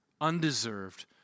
undeserved